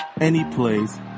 anyplace